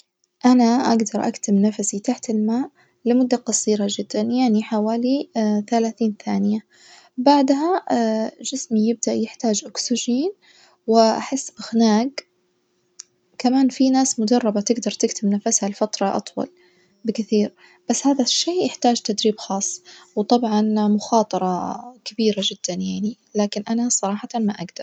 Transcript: أنا أجدر أكتم نفسي تحت الماء لمدة قصيرة جدًا يعني حوالي ثلاثين ثانية بعدها جسمي يبدأ يحتاج أوكسجين وأحس بخناج كمان في ناس مدربة تجدر تكتم نفسها بفترة أطول بكثير بس هذا الشي يحتاج تدريب خاص وطبعًا مخاطرة كبيرة جدًا يعني بس أنا صراحة ما أجدر.